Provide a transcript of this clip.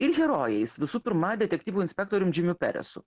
ir herojais visų pirma detektyvu inspektorium džimiu peresu